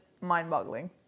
mind-boggling